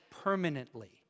permanently